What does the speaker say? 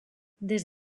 des